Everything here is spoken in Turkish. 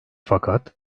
fakat